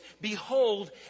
Behold